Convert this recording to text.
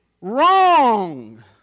wrong